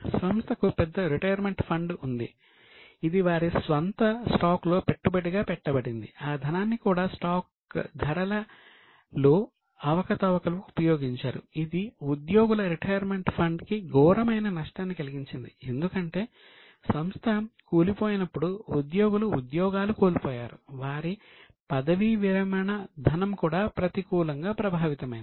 సంస్థకు పెద్ద retirement fund కి ఘోరమైన నష్టాన్ని కలిగించింది ఎందుకంటే సంస్థ కూలిపోయినప్పుడు ఉద్యోగులు ఉద్యోగాలు కోల్పోయారు వారి పదవీ విరమణ ధనం కూడా ప్రతికూలంగా ప్రభావితమైంది